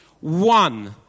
One